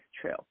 true